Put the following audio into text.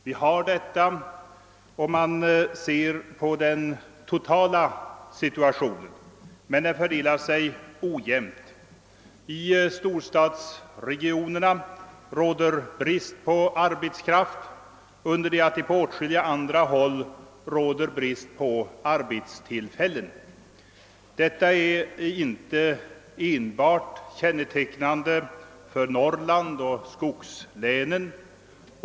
Vi har detta, om man ser på den totala situationen, men sysselsättningen fördelar sig ojämnt. I storstadsregionerna råder brist på arbetskraft, under det att det på åtskilliga andra håll råder brist på arbetstillfällen. Detta är inte enbart kännetecknande för Norrland och skogslänen.